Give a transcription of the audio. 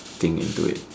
thing into it